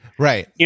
Right